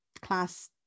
class